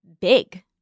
big